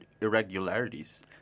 irregularities